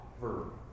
verb